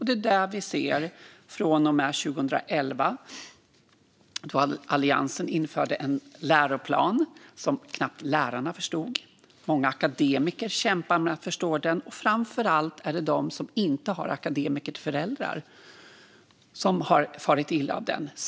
Det har vi sett sedan 2011, då Alliansen införde en läroplan som knappt ens lärarna förstod. Många akademiker har kämpat med att förstå den, och framför allt är det de som inte har akademiker till föräldrar som har farit illa av den.